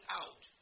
out